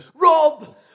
Rob